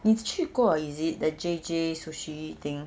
你是去过 is it the J_J sushi thing